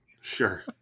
sure